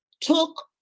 took